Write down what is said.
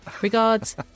regards